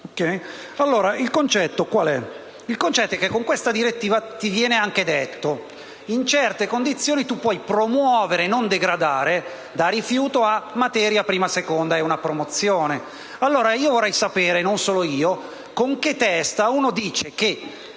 Il concetto è che con questa direttiva ti viene anche detto che in certe condizioni puoi promuovere e non degradare da rifiuto a materia prima-seconda: è una promozione. Vorrei allora sapere - e non solo io - con che testa uno dice che,